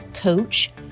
coach